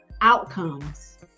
outcomes